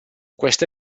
queste